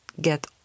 get